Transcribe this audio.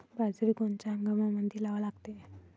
बाजरी कोनच्या हंगामामंदी लावा लागते?